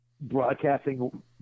broadcasting